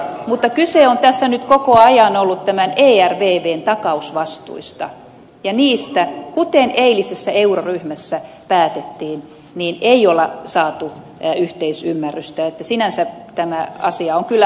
mutta kyse on tässä nyt koko ajan ollut tämän ervvn takausvastuista ja niistä kuten eilisessä euroryhmässä päätettiin ei ole saatu yhteisymmärrystä joten sinänsä tämä asia on kyllä harvinaisen selvä